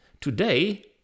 today